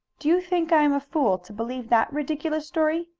do you think i am a fool, to believe that ridiculous story?